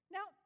Now